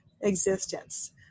existence